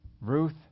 Ruth